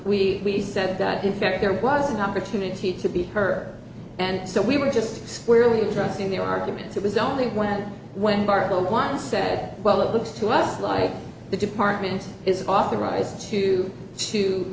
we we said that in fact there was an opportunity to beat her and so we were just squarely addressing their arguments it was only when when barbara once said well it looks to us like the department is authorized to to